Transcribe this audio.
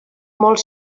molt